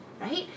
right